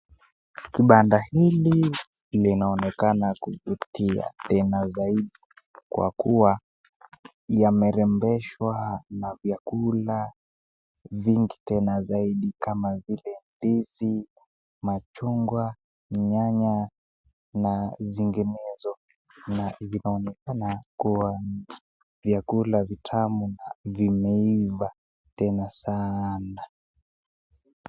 Kibanda hili linaonekana kuvutia tena zaidi kwa kuwa yamerembeshwa na vyakula vingi tena zaidi kama vile ndizi ,machungwa ,nyanya na zinginezo zinaonekana kuwa vyakula vitamu na vimeiva tena sana.